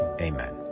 Amen